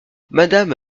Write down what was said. madame